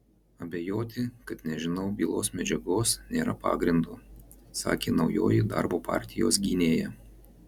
abejoti kad nežinau bylos medžiagos nėra pagrindo sakė naujoji darbo partijos gynėja